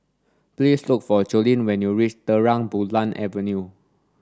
please look for Jolene when you reach Terang Bulan Avenue